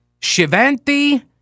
Shivanti